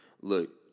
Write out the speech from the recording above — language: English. look